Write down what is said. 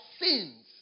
sins